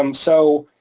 um so